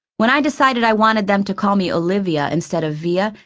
when i decided i wanted them to call me olivia instead of via,